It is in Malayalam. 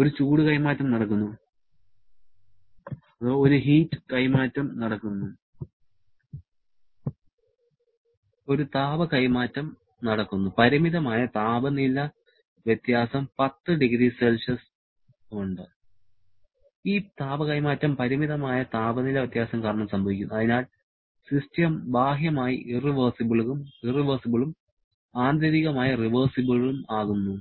ഒരു ചൂട് കൈമാറ്റം നടക്കുന്നു പരിമിതമായ താപനില വ്യത്യാസം 10 ᴏC ഉണ്ട് ഈ താപ കൈമാറ്റം പരിമിതമായ താപനില വ്യത്യാസം കാരണം സംഭവിക്കുന്നു അതിനാൽ സിസ്റ്റം ബാഹ്യമായി ഇറവെർസിബളും ആന്തരികമായി റിവേഴ്സിബളും ആകുന്നു